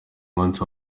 munsi